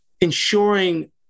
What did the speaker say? ensuring